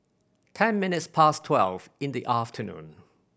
ten minutes past twelve in the afternoon